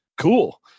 cool